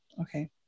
Okay